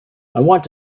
want